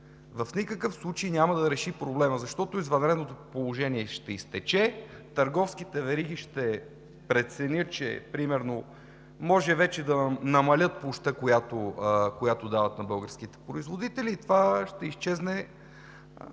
в никакъв случай няма да реши проблема, защото извънредното положение ще изтече, търговските вериги ще преценят, че примерно може вече да намалят площта, която дават на българските производители, и това ще изчезне